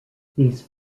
these